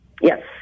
Yes